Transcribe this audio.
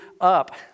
up